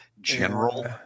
general